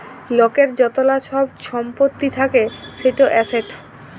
লকের য্তলা ছব ছম্পত্তি থ্যাকে সেট এসেট